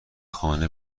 خانه